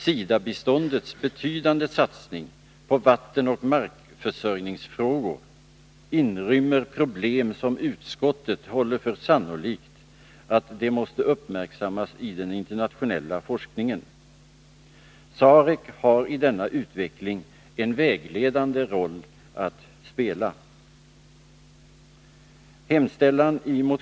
SIDA-biståndets betydande satsning på vattenoch markförsörjningsfrågor inrymmer problem som utskottet håller för sannolikt måste uppmärksammas i den internationella forskningen. SAREC har i denna utveckling en vägledande roll att spela.